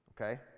Okay